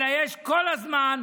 אלא יש כל הזמן,